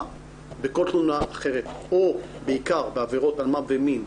בכל תלונה אחרת או בעיקר בעבירות אלימות במשפחה ומין,